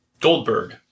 Goldberg